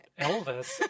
Elvis